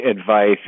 advice